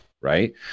Right